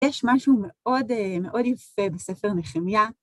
יש משהו מאוד יפה בספר נחמיה.